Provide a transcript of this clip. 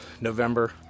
November